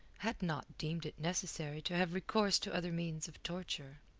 had not deemed it necessary to have recourse to other means of torture.